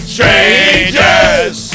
Strangers